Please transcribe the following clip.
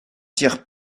tiers